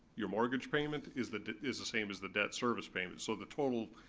your mortgage payment, is the is the same as the debt service payment. so the total,